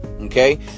Okay